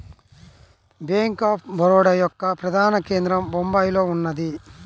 bank of Baroda యొక్క ప్రధాన కేంద్రం బొంబాయిలో ఉన్నది